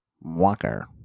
Walker